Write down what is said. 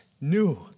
new